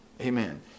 amen